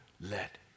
let